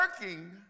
working